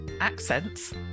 Accents